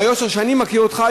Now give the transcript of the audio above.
ביושר שאני מכיר אותך,